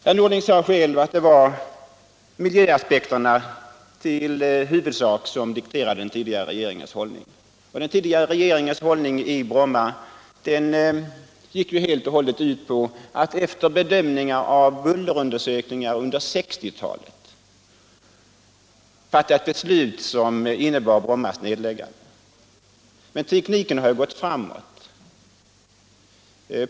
Herr Norling sade själv att det var huvudsakligen miljöaspekterna som dikterade den tidigare regeringens hållning. Och den tidigare regeringens hållning i Brommafrågan gick helt och hållet ut på att efter bedömningar av bullerundersökningar som gjorts under 1960-talet fatta ett beslut som innebar Brommas nedläggande. Tekniken har ju gått framåt.